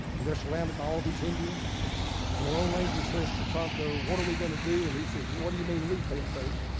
and they're surrounded by all these indians and the lone ranger says to tonto, what are we gonna do? and he says, what do you mean, we pay your and face?